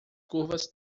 curvas